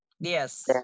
Yes